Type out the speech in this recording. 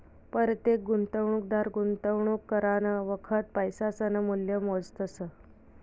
परतेक गुंतवणूकदार गुंतवणूक करानं वखत पैसासनं मूल्य मोजतस